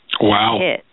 Wow